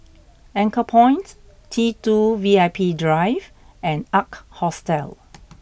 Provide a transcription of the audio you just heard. Anchorpoint T two V I P Drive and Ark Hostel